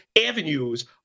avenues